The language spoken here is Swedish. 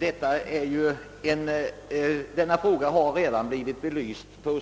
Herr talman! Detta problem har redan så ingående blivit belyst på